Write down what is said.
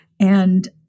And-